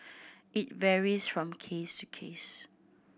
it varies from case to case